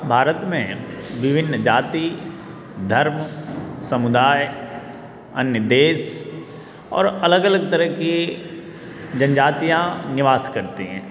भारत में विभिन्न जाति धर्म समुदाय अन्य देश और अलग अलग तरह के जनजातियाँ निवास करती हैं